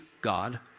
God